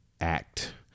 act